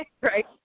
Right